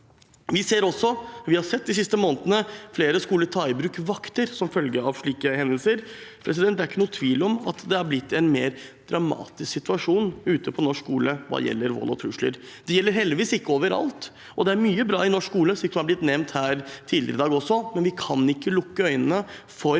Vi har også de siste månedene sett flere skoler ta i bruk vakter som følge av slike hendelser. Det er ingen tvil om at det er blitt en mer dramatisk situasjon i norsk skole hva gjelder vold og trusler. Det gjelder heldigvis ikke overalt, og det er mye bra i norsk skole, slik det også er blitt nevnt her tidligere i dag, men vi kan ikke lukke øynene for